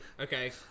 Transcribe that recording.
okay